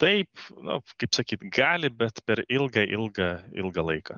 taip na kaip sakyt gali bet per ilgą ilgą ilgą laiką